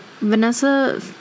vanessa